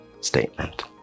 statement